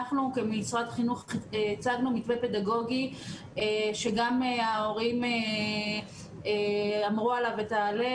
אנחנו כמשרד חינוך הצגנו מתווה פדגוגי שגם ההורים אמרו עליו את ההלל.